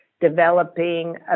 developing